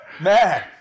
Man